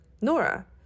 Nora